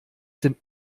den